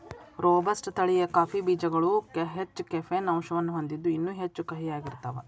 robusta ತಳಿಯ coffee ಬೇಜಗಳು ಹೆಚ್ಚ ಕೆಫೇನ್ ಅಂಶವನ್ನ ಹೊಂದಿದ್ದು ಇನ್ನೂ ಹೆಚ್ಚು ಕಹಿಯಾಗಿರ್ತಾವ